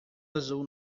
azul